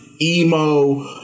emo